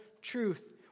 truth